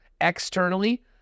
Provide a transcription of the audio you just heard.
externally